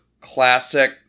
classic